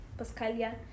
Pascalia